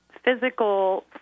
physical